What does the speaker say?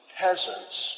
peasants